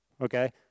Okay